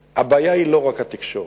שהבעיה היא לא רק התקשורת.